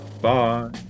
Bye